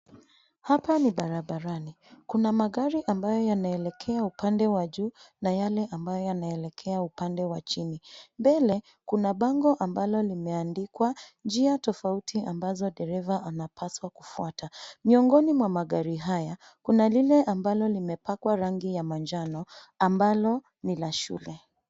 Hapa ni barabarani. Kuna magari ambayo yanaelekea upande wa juu na yale ambayo yanaelekea upande wa chini. Mbele, kuna bango ambalo limeandikwa njia tofauti ambazo dereva anapaswa kufuata. Miongoni mwa magari haya, kuna lile ambalo limepakwa rangi ya manjano ambalo ni la shule.